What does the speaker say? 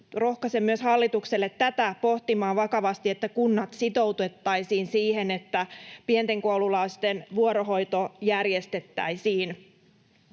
rohkaisen myös hallitusta pohtimaan vakavasti, että kunnat sitoutettaisiin siihen, että pienten koululaisten vuorohoito järjestettäisiin.